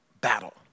battle